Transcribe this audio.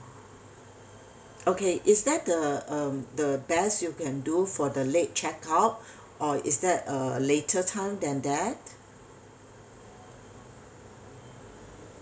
okay is that the um the best you can do for the late checkout or is that a later time than that